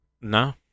No